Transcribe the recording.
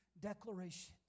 declarations